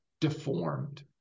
deformed